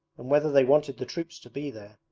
and whether they wanted the troops to be there,